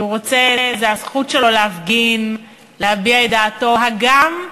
כי זו הזכות שלו להפגין, להביע את דעתו, הגם,